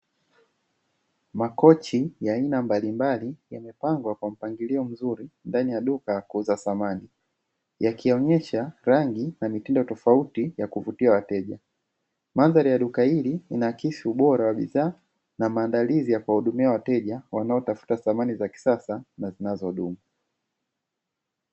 Makochi ya aina mbalimbali yanapangwa kwa mpangilio mzuri ndani ya duka la kuuzia bidhaa za samani, yakionyesha rangi na mitindo tofauti ya kuvutia wateja, mandhari ya duka hili yanaakisi ubora wa bidhaa na maandalizi ya kuwahudumia wateja wanaotafuta samani za kisasa na zinazodumu.